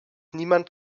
niemand